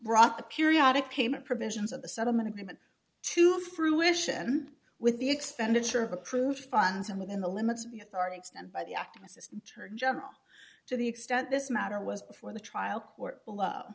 the periodic payment provisions of the settlement agreement to fruition with the expenditure of approved funds and within the limits of the authority extend by the acting assistant attorney general to the extent this matter was before the trial court below